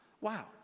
Wow